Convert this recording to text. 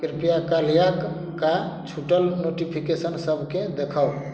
कृपया काल्हिक का छूटल नोटिफिकेशन सभकेँ देखाउ